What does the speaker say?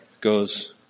goes